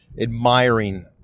admiring